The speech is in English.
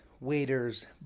waiters